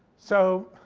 so,